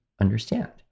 understand